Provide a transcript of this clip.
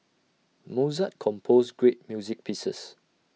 Mozart composed great music pieces